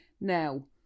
Now